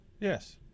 Yes